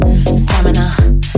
stamina